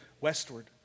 westward